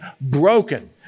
broken